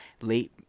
late